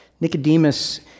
Nicodemus